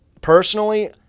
Personally